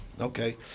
Okay